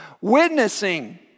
Witnessing